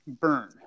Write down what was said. burn